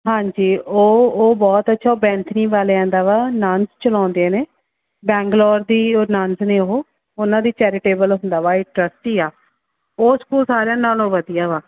ਹਾਂਜੀ ਉਹ ਉਹ ਬਹੁਤ ਅੱਛਾ ਉਹ ਵੈਂਥਨੀ ਵਾਲਿਆਂ ਦਾ ਵਾ ਨੰਨਸ ਚਲਾਉਂਦੇ ਨੇ ਬੈਂਗਲੌਰ ਦੀ ਉਹ ਨੰਨਸ ਨੇ ਉਹ ਉਹਨਾਂ ਦੀ ਚੈਰੀਟੇਬਲ ਹੁੰਦਾ ਵਾ ਇਹ ਟਰੱਸਟ ਹੀ ਆ ਉਹ ਸਕੂਲ ਸਾਰਿਆਂ ਨਾਲੋਂ ਵਧੀਆ ਵਾ